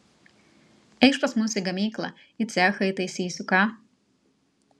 eikš pas mus į gamyklą į cechą įtaisysiu ką